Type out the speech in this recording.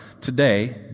today